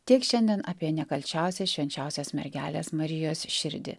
tiek šiandien apie nekalčiausią švenčiausios mergelės marijos širdį